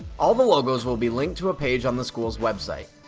all the logos will be linked to a page on the school's website.